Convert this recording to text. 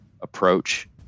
approach